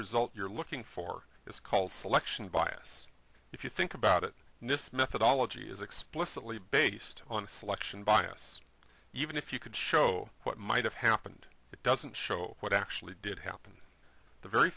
result you're looking for is called selection bias if you think about it this methodology is explicitly based on a selection bias even if you could show what might have happened it doesn't show what actually did happen the very